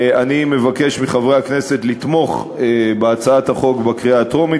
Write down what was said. אני מבקש מחברי הכנסת לתמוך בהצעת החוק בקריאה הטרומית